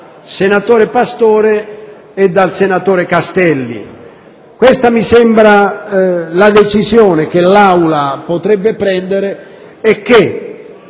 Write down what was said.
senatore Pastore e dal senatore Castelli. Questa mi sembra la decisione che l'Aula potrebbe adottare e che,